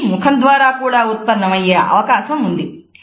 ఇవి ముఖం ద్వారా కూడా ఉత్పన్నమయ్యే అవకాశం ఉంది